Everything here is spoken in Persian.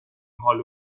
حال